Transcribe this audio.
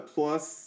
Plus